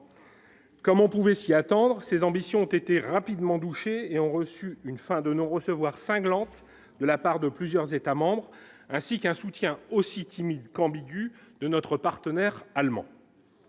comme on pouvait s'y attendre ces ambitions ont été rapidement douché et ont reçu une fin de non-recevoir cinglante de la part de plusieurs États-membres ainsi qu'un soutien aussi timide qu'ambigu de notre partenaire allemand,